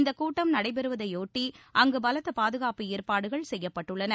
இந்த கூட்டம் நடைபெறுவதையொட்டி அங்கு பலத்த பாதுகாப்பு ஏற்பாடுகள் செய்யப்பட்டுள்ளன